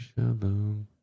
shaboom